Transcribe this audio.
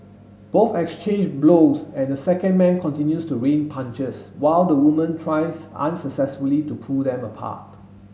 both exchange blows and the second man continues to rain punches while the woman tries unsuccessfully to pull them apart